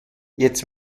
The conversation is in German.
jetzt